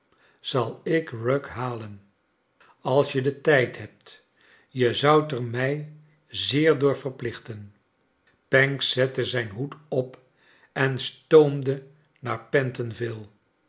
zal ik rugg halen als je den tijd hebt je zoudt er mij zeer door verplichten pancks zetfce zijn hoed op en stoomde naar